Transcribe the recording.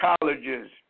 colleges